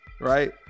right